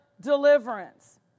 deliverance